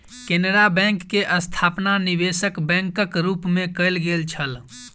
Canara bank के स्थापना निवेशक बैंकक रूप मे कयल गेल छल